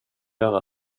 göra